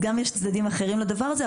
יש גם צדדים אחרים לדבר הזה,